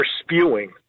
spewing